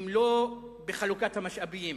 הם לא בחלוקת המשאבים,